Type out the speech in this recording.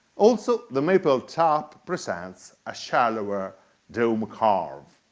also, the maple top presents a shallower dome carve.